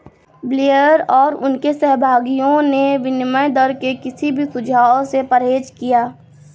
Blair और उनके सहयोगियों ने विनिमय दर के किसी भी सुझाव से परहेज किया